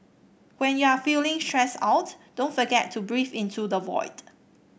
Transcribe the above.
when you are feeling stressed out don't forget to breathe into the void